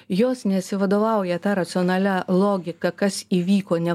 jos nesivadovauja ta racionalia logika kas įvyko ne